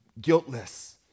guiltless